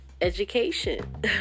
education